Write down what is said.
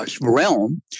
Realm